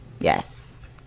Yes